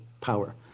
power